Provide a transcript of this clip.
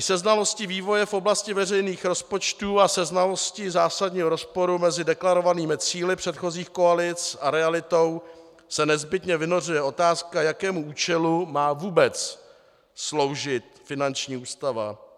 Se znalostí vývoje v oblasti veřejných rozpočtů a se znalostí zásadního rozporu mezi deklarovanými cíli předchozích koalic a realitou se nezbytně vynořuje otázka, jakému účelu má vůbec sloužit finanční ústava.